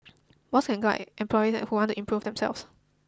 boss can guide employee that who want to improve themselves